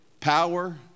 power